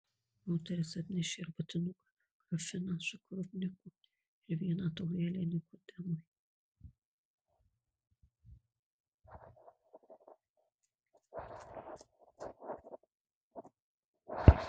moteris atnešė arbatinuką grafiną su krupniku ir vieną taurelę nikodemui